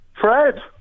Fred